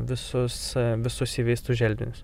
visus visus įveistų želdinius